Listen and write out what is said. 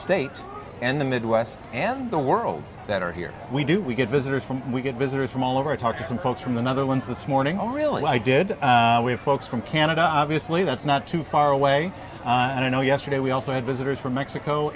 state and the midwest and the world that are here we do we get visitors from we get visitors from all over a talk to some folks from the netherlands this morning oh really why did we have folks from canada obviously that's not too far away and you know yesterday we also had visitors from mexico